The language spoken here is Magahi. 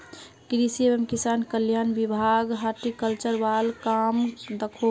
कृषि एवं किसान कल्याण विभाग हॉर्टिकल्चर वाल काम दखोह